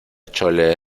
chole